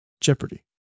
Jeopardy